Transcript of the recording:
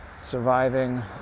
surviving